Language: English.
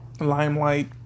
limelight